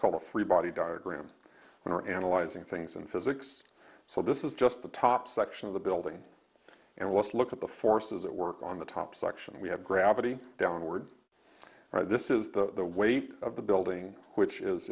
called a free body diagram we are analyzing things in physics so this is just the top section of the building and let's look at the forces at work on the top section we have gravity downward this is the weight of the building which is